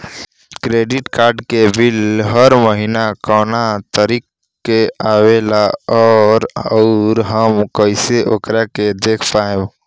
Credit card के bill हर महीना कौना तारीक के आवेला और आउर हम कइसे ओकरा के देख पाएम?